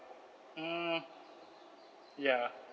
mm ya